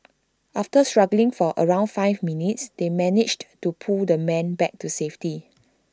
after struggling for around five minutes they managed to pull the man back to safety